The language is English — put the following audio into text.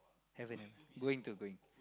haven't going to going to